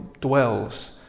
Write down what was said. dwells